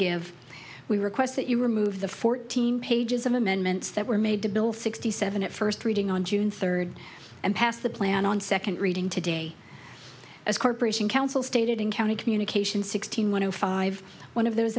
give we request that you remove the fourteen pages of amendments that were made to bill sixty seven at first reading on june third and passed the plan on second reading today as corporation counsel stated in county communication sixteen one hundred five one of those